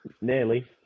nearly